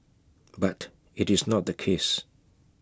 but IT is not the case